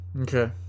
Okay